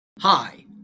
Hi